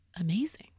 amazing